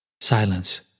Silence